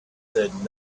said